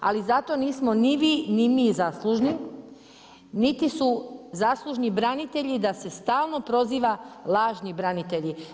Ali zato nismo ni vi ni mi zaslužni niti su zaslužni branitelji da se stalno prozivaju lažni branitelji.